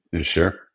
Sure